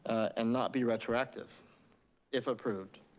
and not be retroactive if approved.